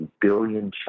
billion